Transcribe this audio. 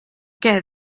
què